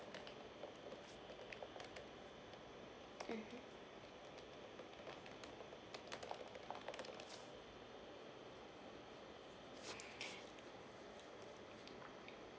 mm